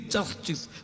Justice